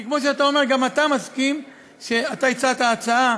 כי כמו שאתה אומר, גם אתה מסכים, אתה העלית הצעה,